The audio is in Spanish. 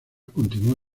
continuó